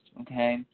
okay